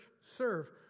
Serve